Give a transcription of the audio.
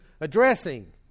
addressing